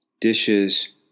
dishes